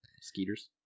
skeeters